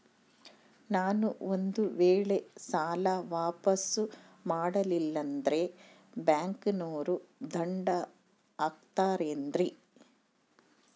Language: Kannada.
ನಾನು ಒಂದು ವೇಳೆ ಸಾಲ ವಾಪಾಸ್ಸು ಮಾಡಲಿಲ್ಲಂದ್ರೆ ಬ್ಯಾಂಕನೋರು ದಂಡ ಹಾಕತ್ತಾರೇನ್ರಿ?